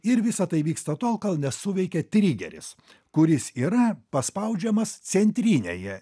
ir visa tai vyksta tol kol nesuveikia trigeris kuris yra paspaudžiamas centrinėje